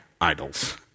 idols